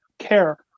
Care